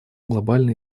глобальной